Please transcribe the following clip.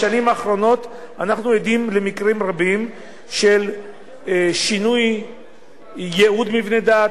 בשנים האחרונות אנחנו עדים למקרים רבים של שינוי ייעוד מבני דת,